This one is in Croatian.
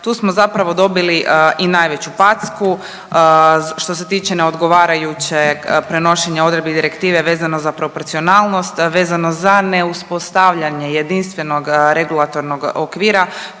Tu smo zapravo dobili i najveću packu što se tiče neodgovarajućeg prenošenja odredbi direktive vezano za proporcionalnost, vezano za neuspostavljanje jedinstvenog regulatornog okvira